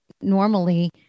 normally